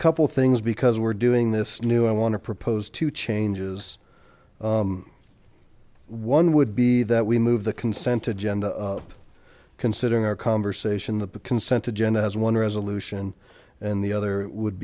couple things because we're doing this new i want to propose two changes one would be that we move the consent agenda considering our conversation the consent agenda has one resolution and the other would